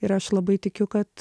ir aš labai tikiu kad